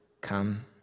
come